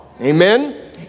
amen